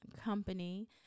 company